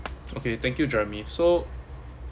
okay thank you jeremy so